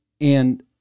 and-